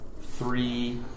three